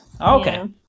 Okay